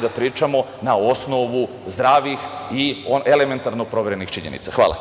da pričamo na osnovu zdravih i elementarno proverenih činjenica. Hvala.